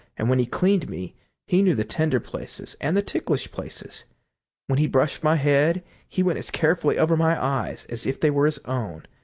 and when he cleaned me he knew the tender places and the ticklish places when he brushed my head he went as carefully over my eyes as if they were his own,